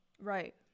right